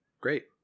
Great